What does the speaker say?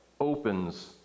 opens